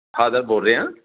father ਬੋਲ ਰਿਹਾ